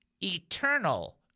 eternal